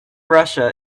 russia